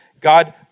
God